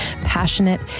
passionate